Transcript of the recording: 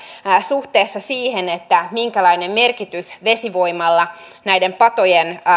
suhteessa siihen minkälainen merkitys vesivoimalla näiden patojen